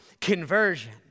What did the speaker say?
conversion